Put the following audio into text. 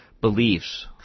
beliefs